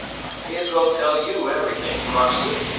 i may as well tell you everything, crockston.